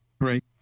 Right